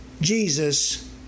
Jesus